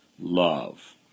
love